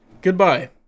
goodbye